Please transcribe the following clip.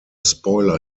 spoiler